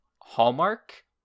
Hallmark